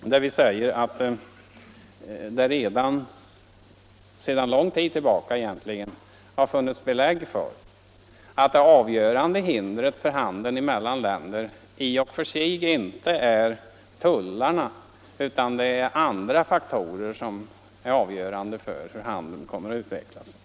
Där sägs nämligen att det egentligen sedan lång tid tillbaka har funnits belägg för att det inte är tullarna utan andra faktorer som avgör hur handeln mellan länder utvecklas.